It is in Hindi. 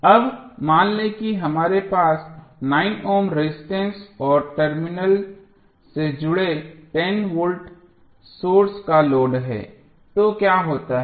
अब मान लें कि हमारे पास 9 ओम रेजिस्टेंस और टर्मिनल से जुड़े 10 वोल्ट सोर्स का लोड है तो क्या होता है